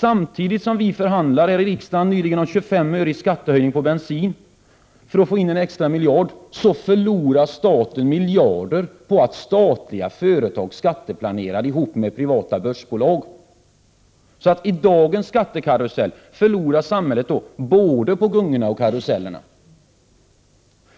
Samtidigt som man i riksdagen förhandlar om 25 öre i skattehöjning på bensin för att få in en extra miljard förlorar staten miljarder på att statliga företag skatteplanerar ihop med privata börsbolag. I dagens skattekarusell förlorar samhället på både gungorna och karusellerna.